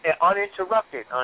uninterrupted